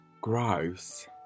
gross